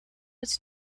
its